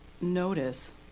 notice